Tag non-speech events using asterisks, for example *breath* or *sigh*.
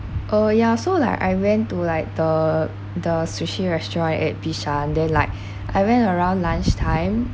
oh ya so like I went to like the the sushi restaurant at Bishan then like *breath* I went around lunch time